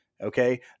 Okay